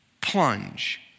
Plunge